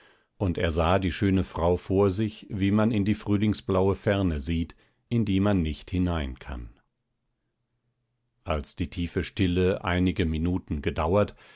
und er sah die schöne frau vor sich wie man in die frühlingsblaue ferne sieht in die man nicht hinein kann als die tiefe stille einige minuten gedauert